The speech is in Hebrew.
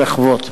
ולחוות.